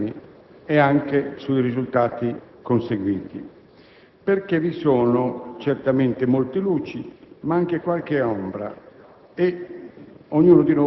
maturata in questi anni e sui risultati conseguiti perché vi sono certamente molte luci, ma anche qualche ombra